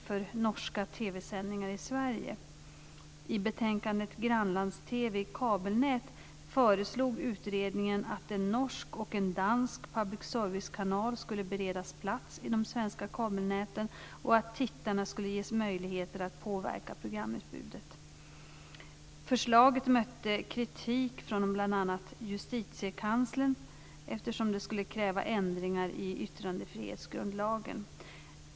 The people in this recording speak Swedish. föreslog utredningen att en norsk och en dansk public service-kanal skulle beredas plats i de svenska kabelnäten och att tittarna skulle ges möjligheter att påverka programutbudet. Förslaget mötte kritik från bl.a. Justitiekanslern, eftersom det skulle kräva ändringar i yttrandefrihetsgrundlagen.